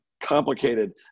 complicated